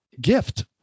gift